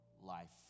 life